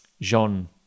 Jean